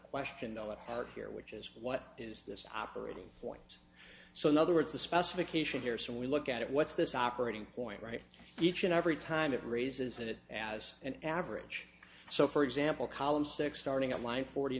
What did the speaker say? question though at heart here which is what is this operating for and so in other words the specification here so we look at it what's this operating point right each and every time it raises it as an average so for example column six starting on line forty